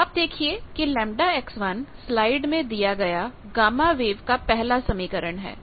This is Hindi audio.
तो आप देखिए कि Γ स्लाइड में दिया गया गामा वेव का पहला समीकरण है